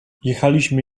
jechaliśmy